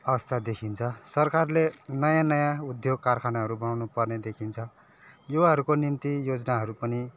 अवस्था देखिन्छ सरकारले नयाँ नयाँ उद्योग कारखानाहरू बनाउनु पर्ने देखिन्छ युवाहरूको निम्ति योजनाहरू पनि